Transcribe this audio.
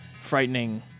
frightening